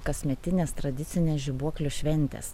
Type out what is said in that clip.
kasmetines tradicines žibuoklių šventes